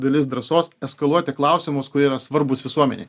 dalis drąsos eskaluoti klausimus kurie yra svarbūs visuomenei